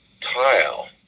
tile